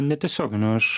netiesioginių aš